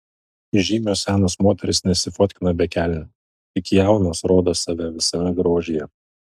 įžymios senos moterys nesifotkina be kelnių tik jaunos rodo save visame grožyje